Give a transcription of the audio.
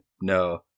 No